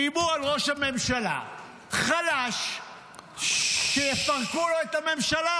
איימו על ראש הממשלה החלש שיפרקו לו את הממשלה.